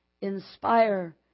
inspire